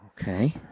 Okay